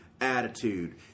attitude